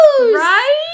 Right